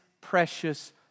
precious